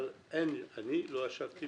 אבל אני לא ישבתי